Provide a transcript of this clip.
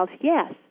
yes